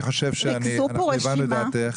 אני חושב שאנחנו הבנו את דעתך,